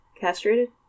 Castrated